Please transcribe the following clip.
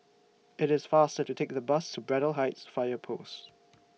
IT IS faster to Take The Bus to Braddell Heights Fire Post